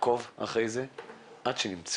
נעקוב עד שימצאו